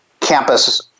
campus